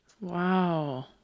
Wow